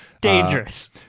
Dangerous